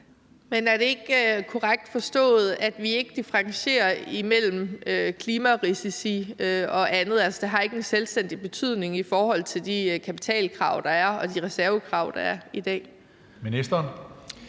Men er det ikke korrekt forstået, at vi ikke differentierer mellem klimarisici og andet, altså, at det ikke har en selvstændig betydning i forhold til de kapitalkrav og de reservekrav, der er i dag?